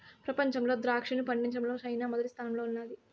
ప్రపంచంలో ద్రాక్షను పండించడంలో చైనా మొదటి స్థానంలో ఉన్నాది